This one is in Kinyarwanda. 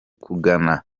kugana